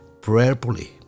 prayerfully